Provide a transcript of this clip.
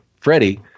Freddie